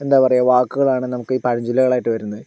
എന്താ പറയുക വാക്കുകളാണ് നമുക്ക് പഴഞ്ചൊല്ലുകളായിട്ട് വരുന്നത്